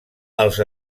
els